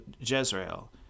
Jezreel